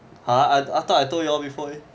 !huh! I thought I told you all before leh